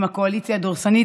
אם הקואליציה דורסנית.